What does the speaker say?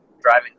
driving